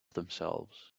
themselves